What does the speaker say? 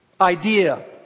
idea